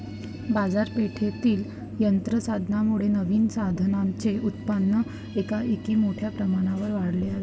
बाजारपेठेतील यंत्र साधनांमुळे नवीन साधनांचे उत्पादन एकाएकी मोठ्या प्रमाणावर वाढले आहे